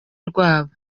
rwabo